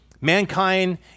Mankind